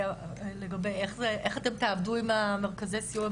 לגבי איך אתם תעבדו עם מרכזי הסיוע,